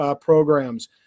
programs